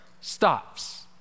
stops